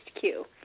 queue